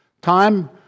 Time